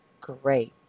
Great